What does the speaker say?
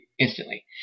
Instantly